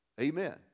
Amen